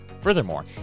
Furthermore